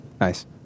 Nice